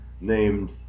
named